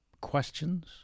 questions